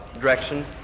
direction